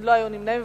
לא היו נמנעים.